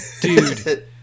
Dude